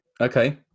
Okay